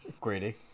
Greedy